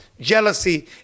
jealousy